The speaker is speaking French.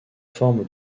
forme